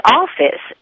office